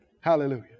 Hallelujah